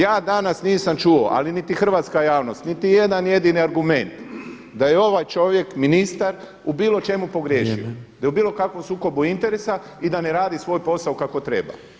Ja danas nisam čuo, ali niti hrvatska javnost niti jedan jedini argument da je ovaj čovjek, ministar u bilo čemu pogriješio, [[Upadica predsjednik: Vrijeme.]] da je u bilo kakvom sukobu interesa i da ne radi svoj posao kako treba.